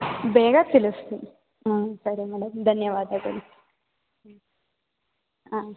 ಬೇಗ ತಿಳಿಸ್ತೀನಿ ಹ್ಞೂ ಸರಿ ಮೇಡಮ್ ಧನ್ಯವಾದಗಳು ಹಾಂ